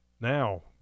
Now